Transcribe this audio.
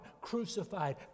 crucified